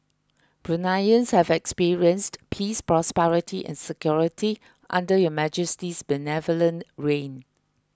Bruneians have experienced peace prosperity and security under Your Majesty's benevolent reign